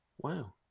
Wow